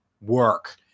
work